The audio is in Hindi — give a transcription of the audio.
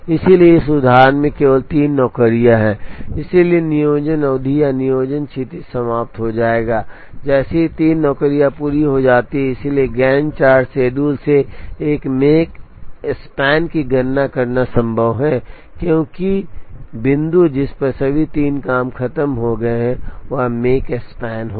इसलिए इस उदाहरण में केवल तीन नौकरियां हैं इसलिए नियोजन अवधि या नियोजन क्षितिज समाप्त हो जाएगा जैसे ही तीनों नौकरियां पूरी हो जाती हैं इसलिए गैंट चार्ट शेड्यूल से एक मेक स्पैन की गणना करना संभव है क्योंकि बिंदु जिस पर सभी तीन काम खत्म हो गए हैं वह मेक स्पैन होगा